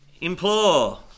implore